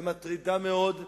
ומטרידה מאוד,